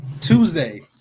Tuesday